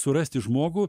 surasti žmogų